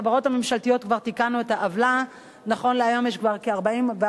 בחברות הממשלתיות כבר תיקנו את העוולה נכון להיום יש כבר כ-44%,